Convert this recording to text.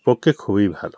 পক্ষে খুবই ভালো